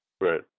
Right